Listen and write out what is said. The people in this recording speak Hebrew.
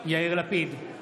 יאיר לפיד,